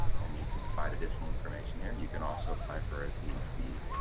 and you can provide additional information here. you can also apply for the